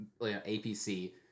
APC